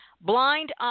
blind